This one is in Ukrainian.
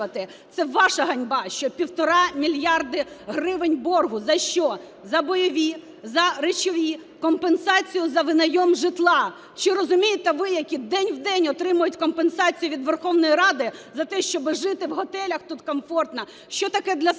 Це ваша ганьба, що півтора мільярди гривень боргу за що – за бойові, за речові, компенсацію за винайм житла. Чи розумієте ви, які день в день отримують компенсацію від Верховної Ради за те, щоб жити в готелях тут комфортно, що таке для солдата